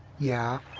yeah,